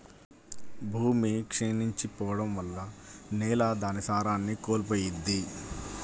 భూమి క్షీణించి పోడం వల్ల నేల దాని సారాన్ని కోల్పోయిద్ది